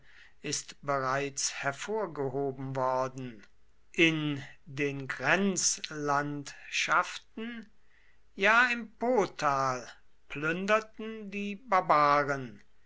ist bereits hervorgehoben worden in den grenzlandschaften ja im potal plünderten die barbaren